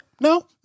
no